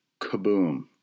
Kaboom